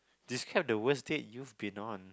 describe the worst date you've been on